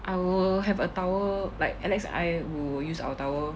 I will have a towel like alex I will use our towel